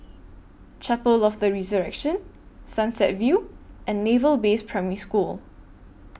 Chapel of The Resurrection Sunset View and Naval Base Primary School